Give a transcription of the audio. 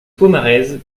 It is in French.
pomarez